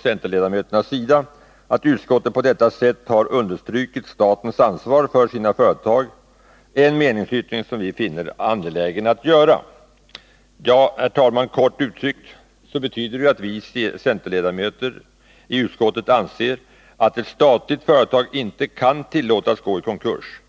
centerledamöter anser alltså att utskottet på detta sätt har understrukit statens ansvar för sina företag, en meningsyttring som vi finner angelägen. Herr talman! Kort uttryckt betyder detta att vi centerledamöter i utskottet anser att ett statligt företag inte kan tillåtas gå i konkurs.